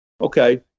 Okay